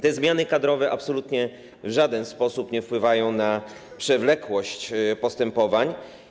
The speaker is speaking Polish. Te zmiany kadrowe absolutnie w żaden sposób nie wpływają na przewlekłość postępowań.